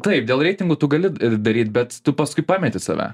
taip dėl reitingų tu gali daryt bet tu paskui pameti save